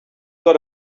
got